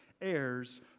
heirs